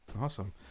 Awesome